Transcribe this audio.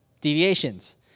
deviations